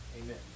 Amen